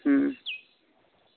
ᱦᱮᱸ